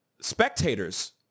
spectators